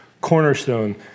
cornerstone